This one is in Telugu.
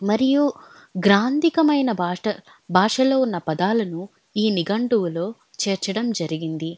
మరియు గ్రాంథకమైన భాష భాషలో ఉన్న పదాలను ఈ నిఘంటువులో చేర్చడం జరిగింది